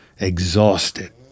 exhausted